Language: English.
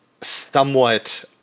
somewhat